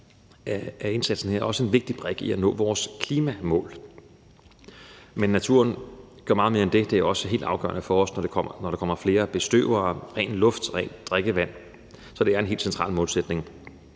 er indsatsen her også en vigtig brik i forhold til at nå vores klimamål. Men naturen gør meget mere end det. Det er også helt afgørende for os, at der kommer flere bestøvere, ren luft og rent drikkevand. Så det er en helt central målsætning.